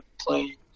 play